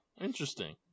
interesting